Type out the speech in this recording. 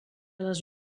les